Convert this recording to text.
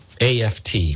AFT